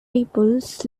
peoples